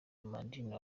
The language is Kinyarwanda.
amandine